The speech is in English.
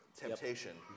temptation